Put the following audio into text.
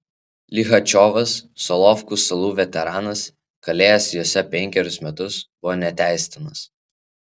lichačiovas solovkų salų veteranas kalėjęs jose penkerius metus buvo neteistinas